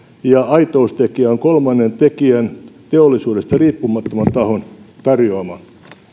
ja aitoustekijä on kolmannen osapuolen teollisuudesta riippumattoman tahon tarjoama